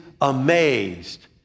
amazed